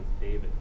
David